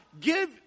give